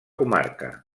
comarca